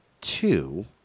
two